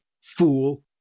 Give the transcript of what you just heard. Fool